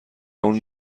اون